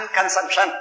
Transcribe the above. consumption